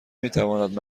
میتواند